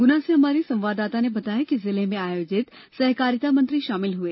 गुना से हमारे संवाददाता ने बताया कि जिले में आयोजित सहकारिता मंत्री शामिल हुए